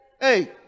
Hey